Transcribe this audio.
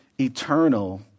eternal